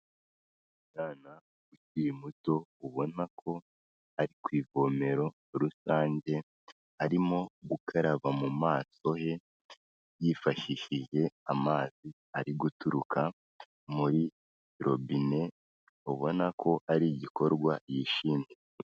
Umwana ukiri muto ubona ko ari ku ivomero rusange arimo gukaraba mu maso he, yifashishije amazi ari guturuka muri robine ubona ko ari igikorwa yishimye.